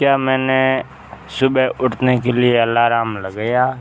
क्या मैंने सुबह उठने के लिए अलार्म लगाया